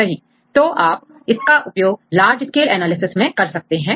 सही तो आप इसका उपयोग लार्ज स्केल एनालिसिस में कर सकते हैं